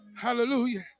Hallelujah